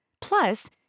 Plus